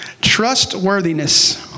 Trustworthiness